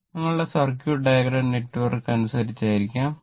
ഇത് നിങ്ങളുടെ circuit diagram network അനുസരിച്ചായിരിക്കാം